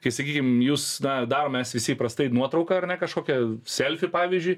kai sakykim jūs na darom mes visi įprastai nuotrauką ar ne kažkokią selfį pavyzdžiui